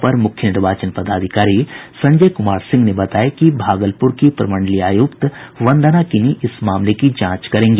अपर मुख्य निर्वाचन पदाधिकारी संजय कुमार सिंह ने बताया कि भागलपुर की प्रमंडलीय आयुक्त वंदना किनी इस मामले की जांच करेंगी